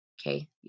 Okay